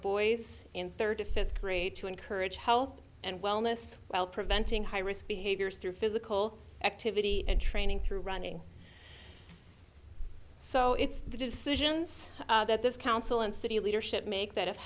boys in thirty fifth grade to encourage health and wellness while preventing high risk behaviors through physical activity and training through running so it's the decisions that this council and city leadership make that